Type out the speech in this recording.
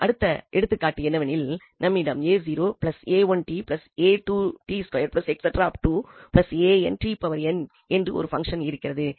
மேலும் அடுத்த எடுத்துக்காட்டு என்னவெனில் நம்மிடம் என்று ஒரு பங்சன் இருக்கிறது